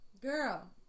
Girl